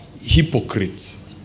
hypocrites